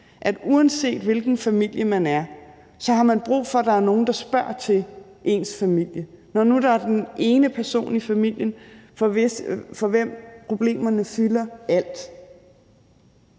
man, uanset hvilken familie man er, har brug for, at der er nogen, der spørger til ens familie. Når nu der er den ene person i familien, for hvem problemerne fylder alt,